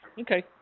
Okay